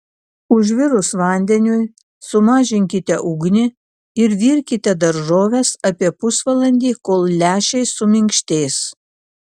užvirus vandeniui sumažinkite ugnį ir virkite daržoves apie pusvalandį kol lęšiai suminkštės